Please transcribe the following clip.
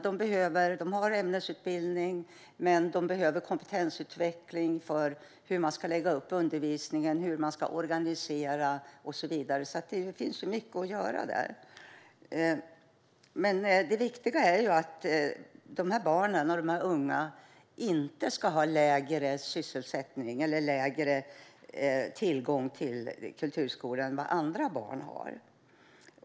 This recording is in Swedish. De har ämnesutbildning, men de behöver kompetensutveckling vad gäller hur man ska lägga upp undervisningen, hur man ska organisera och så vidare. Det finns mycket att göra där. Det viktiga är att dessa barn och unga inte ska ha lägre sysselsättning eller lägre tillgång till kulturskolan än andra barn har.